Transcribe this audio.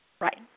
Right